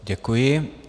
Děkuji.